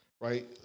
right